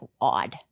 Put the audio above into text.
odd